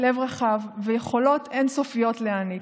לב רחב ויכולות אין-סופיות להעניק.